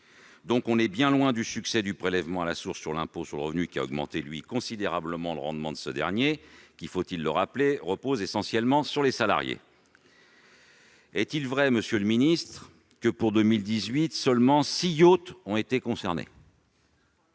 donc bien loin du « succès » du prélèvement à la source sur l'impôt sur le revenu, qui a augmenté considérablement le rendement de ce dernier. Or, faut-il le rappeler, il repose essentiellement sur les salariés. Est-il vrai, monsieur le secrétaire d'État, que, pour 2018, seulement six yachts ont été concernés ?